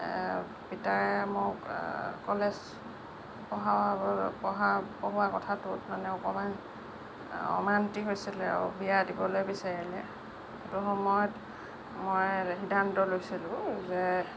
পিতায়ে মোক কলেজ পঢ়াবলৈ পঢ়া পঢ়োৱা কথাটোত মানে অকণমান অমান্তি হৈছিলে আৰু বিয়া দিবলৈ বিচাৰিলে সেইটো সময়ত মই সিদ্ধান্ত লৈছিলোঁ যে